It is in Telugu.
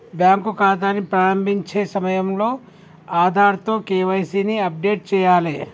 బ్యాంకు ఖాతాని ప్రారంభించే సమయంలో ఆధార్తో కేవైసీ ని అప్డేట్ చేయాలే